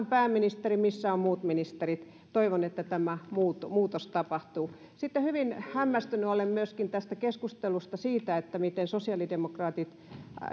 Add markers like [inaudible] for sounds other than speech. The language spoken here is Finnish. [unintelligible] pääministeri missä ovat muut ministerit toivon että tämä muutos muutos tapahtuu sitten hyvin hämmästynyt olen myöskin tässä keskustelusta siitä miten sosiaalidemokraatit